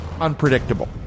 unpredictable